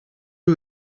you